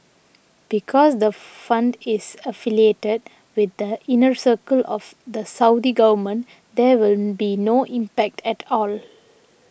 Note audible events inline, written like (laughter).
because the (noise) fund is affiliated with the inner circle of the Saudi government there will be no impact at all